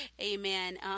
Amen